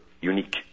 unique